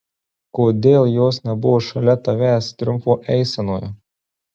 kodėl jos nebuvo šalia tavęs triumfo eisenoje